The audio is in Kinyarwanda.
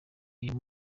uyu